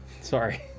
Sorry